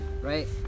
Right